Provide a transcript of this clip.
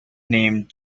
named